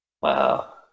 Wow